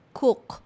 cook